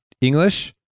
english